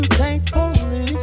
thankfully